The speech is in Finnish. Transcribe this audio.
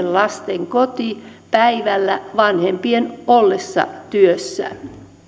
lasten koti päivällä vanhempien ollessa työssä